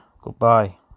Goodbye